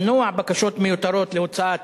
למנוע בקשות מיותרות להוצאת